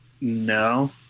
No